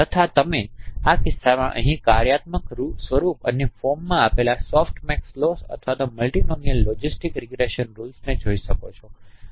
તથા તમે આ કિસ્સામાં અહીં કાર્યાત્મક સ્વરૂપ અને આ ફોર્મમાં આપેલા સોફ્ટમેક્સ લોસ અથવા મલ્ટિનોમિઅલ લોજિસ્ટિક રીગ્રેસન રુલ્સ જોઈ શકો છો